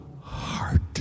heart